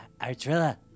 Artrilla